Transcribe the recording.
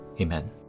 Amen